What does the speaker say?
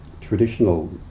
traditional